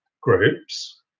groups